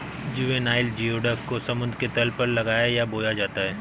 juvenile geoduck को समुद्र के तल पर लगाया है या बोया जाता है